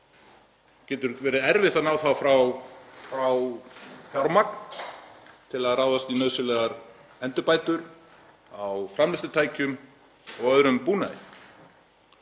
getur verið erfitt að fá fjármagn til að ráðast í nauðsynlegar endurbætur á framleiðslutækjum og öðrum búnaði.